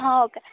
हो का